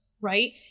right